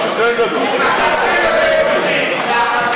מקימים ועדות